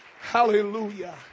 Hallelujah